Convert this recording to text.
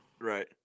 Right